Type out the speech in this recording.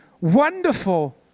wonderful